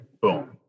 boom